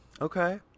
okay